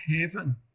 heaven